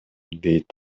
дейт